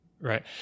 Right